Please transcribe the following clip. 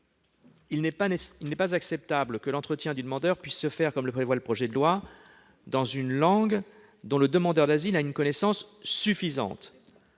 il n'est pas acceptable que l'entretien puisse se faire, comme le prévoit le projet de loi, dans une langue dont le demandeur d'asile a une connaissance « suffisante